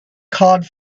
cod